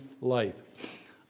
life